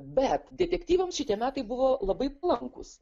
bet detektyvams šitie metai buvo labai palankūs